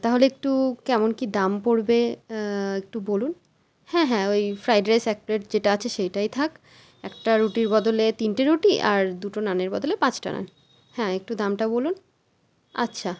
তাহলে একটু কেমন কী দাম পড়বে একটু বলুন হ্যাঁ হ্যাঁ ওই ফ্রাইড রাইস এক প্লেট যেটা আছে সেইটাই থাক একটা রুটির বদলে তিনটে রুটি আর দুটো নানের বদলে পাঁচটা নান হ্যাঁ একটু দামটা বলুন আচ্ছা